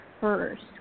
first